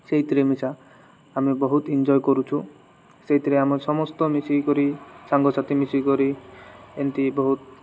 ସେଇଥିରେ ମିଶା ଆମେ ବହୁତ ଏନ୍ଜୟ କରୁଛୁ ସେଇଥିରେ ଆମେ ସମସ୍ତ ମିଶିକିକରି ସାଙ୍ଗସାଥି ମିଶିକିକରି ଏମିତି ବହୁତ